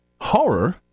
horror